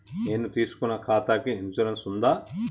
నేను తీసుకున్న ఖాతాకి ఇన్సూరెన్స్ ఉందా?